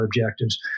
objectives